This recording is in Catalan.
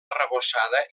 arrebossada